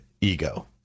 ego